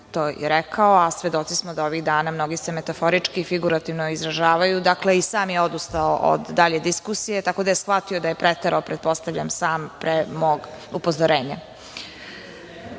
to i rekao, a svedoci smo da ovih dana mnogi se metaforički i figurativno izražavaju. Dakle, i sam je odustao od dalje diskusije, tako da je shvatio da je preterao, pretpostavljam, sam pre mog upozorenja. Da